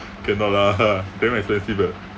cannot lah damn expensive eh